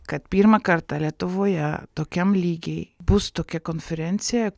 kad pirmą kartą lietuvoje tokiam lygy bus tokia konferencija